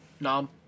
nom